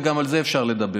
וגם על זה אפשר לדבר.